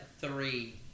three